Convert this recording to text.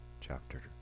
chapter